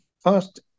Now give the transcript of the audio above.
first